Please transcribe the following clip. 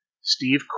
Steve